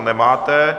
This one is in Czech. Nemáte.